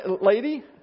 lady